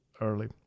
early